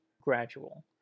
gradual